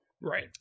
Right